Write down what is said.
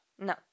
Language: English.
No